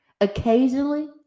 Occasionally